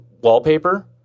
wallpaper